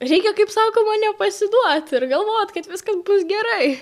reikia kaip sakoma nepasiduot ir galvot kad viskas bus gerai